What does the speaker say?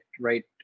right